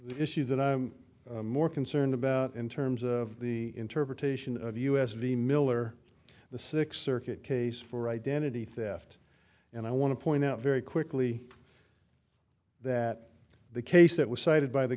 issue that i'm more concerned about in terms of the interpretation of u s v miller the six circuit case for identity theft and i want to point out very quickly that the case that was cited by the